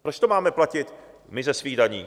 Proč to máme platit my ze svých daní?